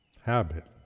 habit